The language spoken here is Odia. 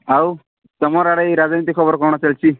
ଆଉ ତୁମର ଆଡ଼େ ଏଇ ରାଜନୀତି ଖବର କ'ଣ ଚାଲିଛି